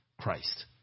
Christ